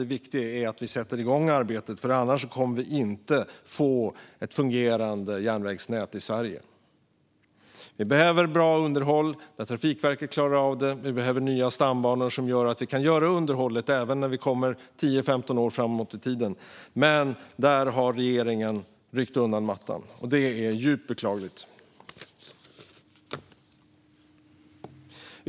Det viktiga är dock att vi sätter igång arbetet, för annars kommer vi inte att få ett fungerande järnvägsnät i Sverige. Vi behöver ett bra underhåll som Trafikverket klarar av. Vi behöver nya stambanor som gör att vi kan göra underhållet även när vi kommer 10-15 år framåt i tiden. Men där har regeringen ryckt undan mattan, och det är djupt beklagligt.